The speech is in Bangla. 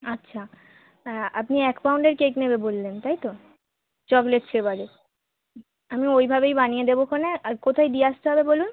আচ্ছা আপনি এক পাউন্ডের কেক নেবে বললেন তাই তো চকলেট ফ্লেভারে আমি ওইভাবেই বানিয়ে দেবো খনে আর কোথায় দিয়ে আসতে হবে বলুন